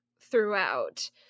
throughout